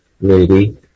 lady